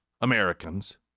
Americans